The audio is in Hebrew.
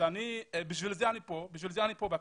לכן אני כאן בכנסת,